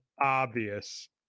obvious